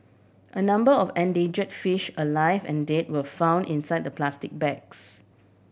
a number of endanger fish alive and dead were found inside the plastic bags